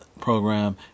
program